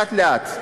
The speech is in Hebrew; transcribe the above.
לאט-לאט,